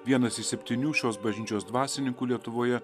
vienas iš septynių šios bažnyčios dvasininkų lietuvoje